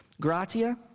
Gratia